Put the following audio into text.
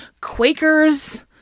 Quakers